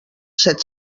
set